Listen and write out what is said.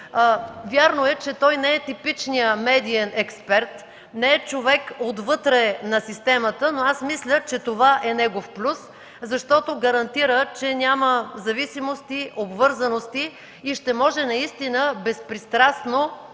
Вярно е, че не е типичният медиен експерт, не е човек на системата отвътре, но мисля, че това е негов плюс, защото гарантира, че няма зависимости, обвързаности и ще може наистина безпристрастно